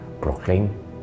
proclaim